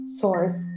source